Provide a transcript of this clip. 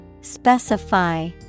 Specify